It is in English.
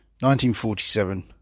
1947